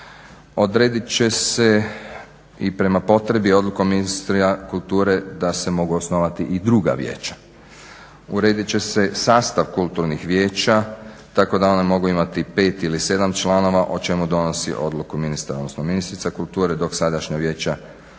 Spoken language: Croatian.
Odredit će se i prema potrebi odlukom ministra kulture da se mogu osnovati i druga vijeća. Uredit će se sastav kulturnih vijeća tako da ona mogu imati pet ili sedam članova o čemu donosi odluku ministar, odnosno ministrica kulture dok sadašnja vijeća